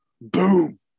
boom